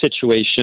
situation